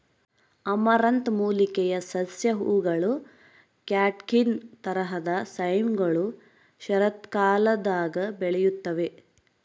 amaranth ಮೂಲಿಕೆಯ ಸಸ್ಯ ಹೂವುಗಳ ಕ್ಯಾಟ್ಕಿನ್ ತರಹದ ಸೈಮ್ಗಳು ಶರತ್ಕಾಲದಾಗ ಬೆಳೆಯುತ್ತವೆ